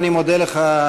אני מודה לך,